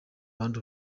abandi